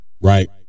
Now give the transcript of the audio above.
right